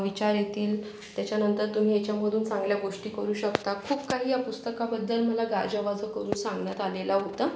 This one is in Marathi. विचार येतील त्याच्यानंतर तुम्ही याच्यामधून चांगल्या गोष्टी करू शकता खूप काही या पुस्तकाबद्दल मला गाजावाजा करून सांगण्यात आलेलं होतं